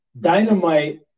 Dynamite